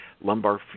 Lumbar